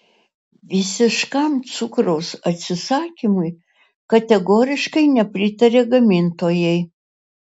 visiškam cukraus atsisakymui kategoriškai nepritaria gamintojai